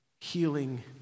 healing